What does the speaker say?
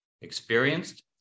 Experienced